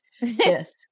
Yes